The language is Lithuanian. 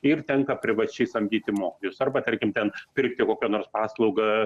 ir tenka privačiai samdyti mokytojus arba tarkim ten pirkti kokią nors paslaugą